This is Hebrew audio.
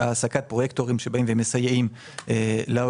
לגבי תוכנית השיכון,